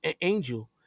Angel